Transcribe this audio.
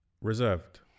reserved